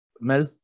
Mel